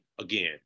again